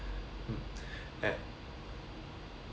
mm at